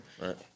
Right